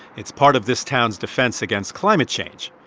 it's part of this town's defense against climate change,